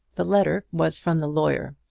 the letter was from the lawyer,